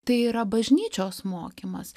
tai yra bažnyčios mokymas